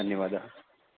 धन्यवादः